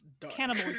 cannibal